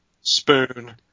Spoon